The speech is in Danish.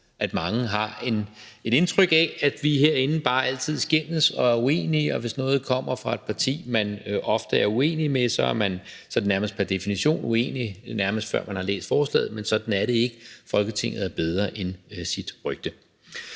at mange har et indtryk af, at vi herinde bare altid skændes og er uenige, og at man, hvis noget kommer fra et parti, man ofte er uenig med, sådan nærmest pr. definition er uenig, nærmest før man har læst forslaget, men sådan er det ikke. Folketinget er bedre end sit rygte.